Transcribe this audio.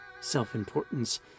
self-importance